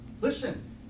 Listen